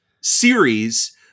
series